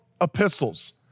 epistles